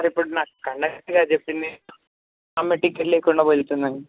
మరి ఇప్పుడు నాకు కండక్టర్ గారు చెప్పింది ఆమె టికెట్ లేకుండా వెళ్తుందని